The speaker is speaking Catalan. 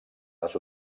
les